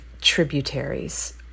tributaries